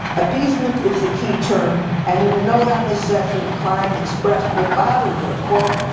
appeasement is the key term and in a note on this session klein expressed what bothered her, quote,